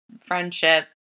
friendship